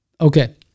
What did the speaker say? Okay